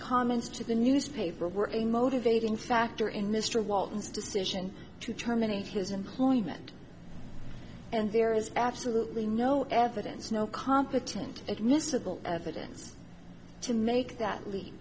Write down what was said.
comments to the newspaper were a motivating factor in mr walton's decision to terminate his employment and there is absolutely no evidence no competent admissible evidence to make that lea